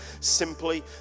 simply